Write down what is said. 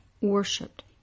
worshipped